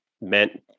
meant